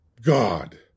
God